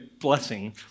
blessing